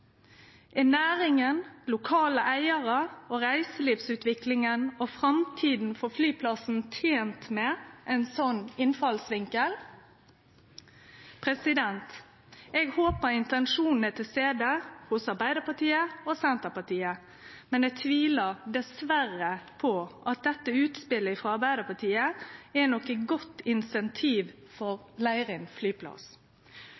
Er næringa, lokale eigarar og reiselivsutviklinga og framtida for flyplassen tente med ein sånn innfallsvinkel? Eg håpar intensjonen er til stades hos Arbeidarpartiet og Senterpartiet, men eg tvilar diverre på at dette utspelet frå Arbeidarpartiet er noko godt